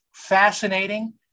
fascinating